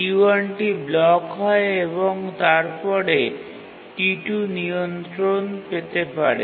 T1 টি block হয় এবং তারপরে T2 নিয়ন্ত্রণ পেতে পারে